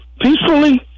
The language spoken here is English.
peacefully